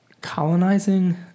Colonizing